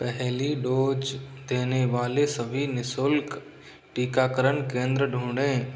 पहला डोज देने वाले सभी निशुल्क टीकाकरण केंद्र ढूँढें